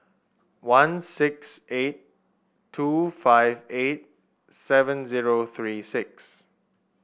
one six eight two five eight seven zero three six